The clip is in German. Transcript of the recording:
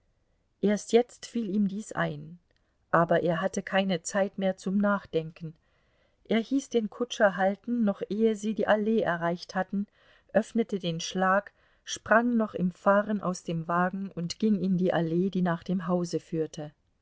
erst jetzt fiel ihm dies ein aber er hatte keine zeit mehr zum nachdenken er hieß den kutscher halten noch ehe sie die allee erreicht hatten öffnete den schlag sprang noch im fahren aus dem wagen und ging in die allee die nach dem hause führte